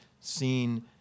seen